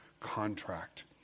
contract